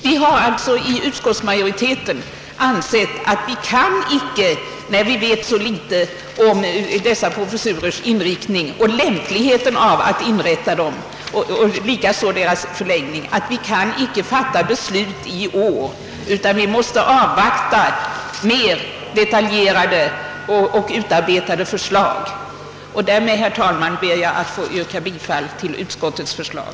När vi vet så litet om lämpligheten av att inrätta dessa professurer och om deras inriktning och förläggning har utskottsmajoriteten ansett att vi icke kan fatta beslut i frågan nu utan måste avvakta mera detaljerade och utarbetade förslag. Med dessa ord ber jag att få yrka bifall till utskottets förslag.